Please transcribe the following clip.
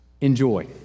enjoy